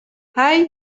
hij